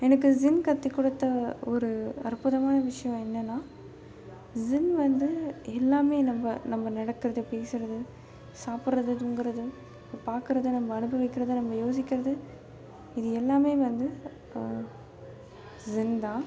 எனக்கு ஜின் கற்று கொடுத்த ஒரு அற்புதமான விஷயம் என்னென்னா ஜின் வந்து எல்லாமே நம்ம நம்ம நடக்கிறது பேசுகிறது சாப்பிட்றது தூங்குறது பார்க்கறது நம்ம அனுபவிக்கிறது நம்ம யோசிக்கிறது இது எல்லாமே வந்து ஜின் தான்